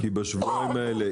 כי בשבועיים האלה,